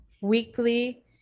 weekly